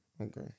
Okay